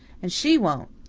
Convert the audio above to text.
and she won't.